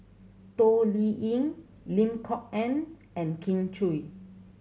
Toh Liying Lim Kok Ann and Kin Chui